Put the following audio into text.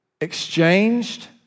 exchanged